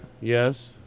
Yes